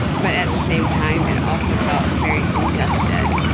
but at the same time it also felt very congested.